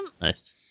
Nice